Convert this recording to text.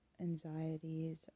anxieties